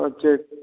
ஓ சரி